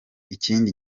ikindi